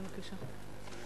בבקשה.